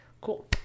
Cool